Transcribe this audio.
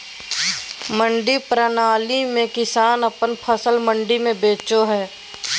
मंडी प्रणाली में किसान अपन फसल मंडी में बेचो हय